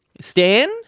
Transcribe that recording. Stan